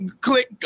click